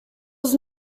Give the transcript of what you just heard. was